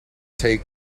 take